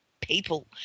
people